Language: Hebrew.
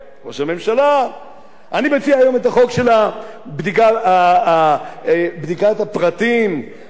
אני מציע היום את החוק של בדיקת הפרטים והזיהוי המקסימלי,